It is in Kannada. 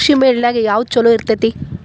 ಕೃಷಿಮೇಳ ನ್ಯಾಗ ಯಾವ್ದ ಛಲೋ ಇರ್ತೆತಿ?